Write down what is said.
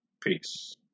Peace